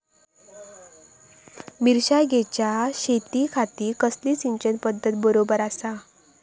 मिर्षागेंच्या शेतीखाती कसली सिंचन पध्दत बरोबर आसा?